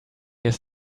his